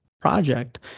project